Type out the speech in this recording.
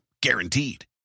Guaranteed